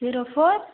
zero four